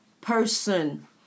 person